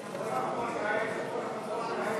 הרשימה המשותפת להביע